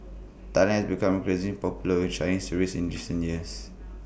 Thailand become increasing popular with Chinese tourists in recent years